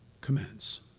commence